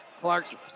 Clarkson